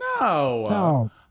no